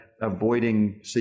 avoiding